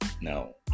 No